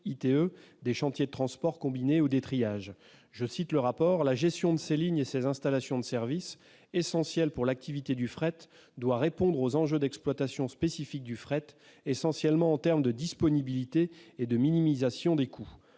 ITE, des chantiers de transport combiné ou des triages. Je cite le rapport Spinetta :« La gestion de ces lignes et ses installations de service, essentielles pour l'activité du fret, doit répondre aux enjeux d'exploitation spécifiques du fret, essentiellement en termes de disponibilité et de minimisation des coûts ».